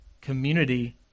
community